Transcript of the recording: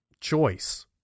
choice